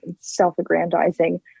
self-aggrandizing